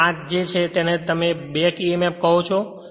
તેથી આ તે છે જેને તમે બેક Emf કહો છો